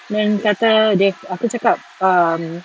then kata aku cakap um